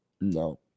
no